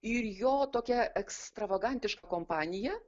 ir jo tokią ekstravagantišką kompaniją